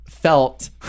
felt